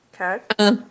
Okay